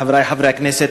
חברי חברי הכנסת,